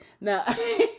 No